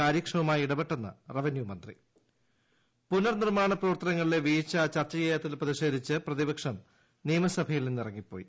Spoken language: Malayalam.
കാരൃക്ഷമമായി ഇടപ്പെട്ടെന്ന് ്റവ്ന്യൂ മന്ത്രി പുനർനിർമ്മാണ പ്രവർത്തനത്തിലെ വീഴ്ച ചർച്ച ചെയ്യാത്തതിൽ പ്രതിഷ്യേധിച്ച് പ്രതിപക്ഷം നിയമസഭയിൽ നിന്നിറങ്ങി പോയി